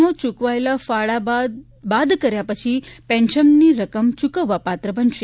નો ચુકવાયેલ ફાળો બાદ કર્યા પછી પેન્શનની રકમ ચ્વકવવાપાત્ર બનશે